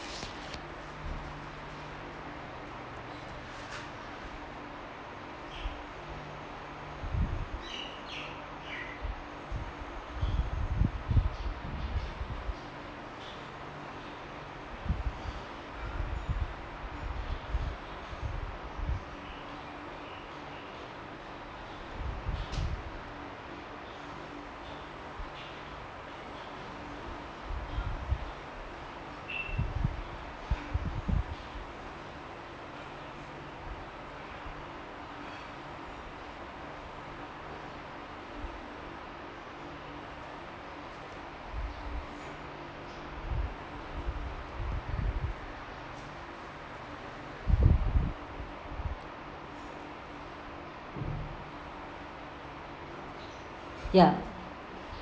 ya